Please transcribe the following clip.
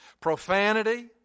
Profanity